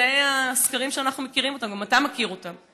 אלה הסקרים שאנחנו מכירים אותם, גם אתה מכיר אותם.